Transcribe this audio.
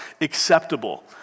acceptable